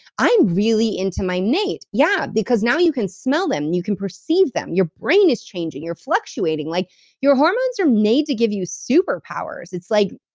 i'm really into my mate. yeah, because now you can smell them, and you can perceive them, your brain is changing, you're fluctuating. like your hormones are made to give you superpowers it's like.